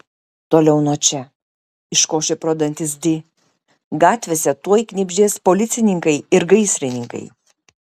toliau nuo čia iškošė pro dantis di gatvėse tuoj knibždės policininkai ir gaisrininkai